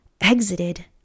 exited